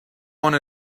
want